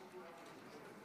תוצאות